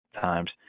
times